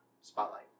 spotlight